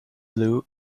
blue